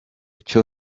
cyo